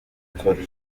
akora